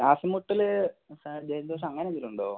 ശ്വാസംമുട്ടൽ ജലദോഷം അങ്ങനെ എന്തേലുമുണ്ടോ